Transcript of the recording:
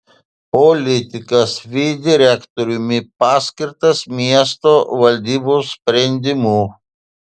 politikas vį direktoriumi paskirtas miesto valdybos sprendimu